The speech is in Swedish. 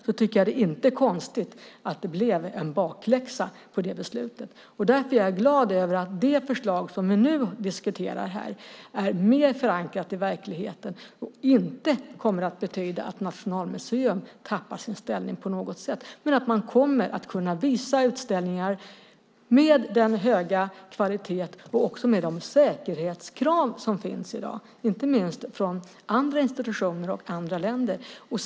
Då tycker jag inte att det är konstigt att det blev en bakläxa i fråga om det beslutet. Därför är jag glad över att det förslag som vi nu diskuterar är mer förankrat i verkligheten. Det kommer inte att betyda att Nationalmuseum på något sätt tappar sin ställning. Man kommer att kunna visa utställningar med hög kvalitet och också med de säkerhetskrav som finns i dag, inte minst från andra institutioner och andra länder.